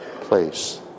place